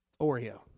Oreo